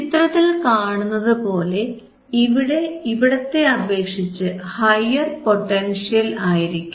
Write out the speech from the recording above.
ചിത്രത്തിൽ കാണുന്നതുപോലെ ഇവിടെ ഇവിടത്തെ അപേക്ഷിച്ച് ഹയർ പൊട്ടൻഷ്യൽ ആയിരിക്കും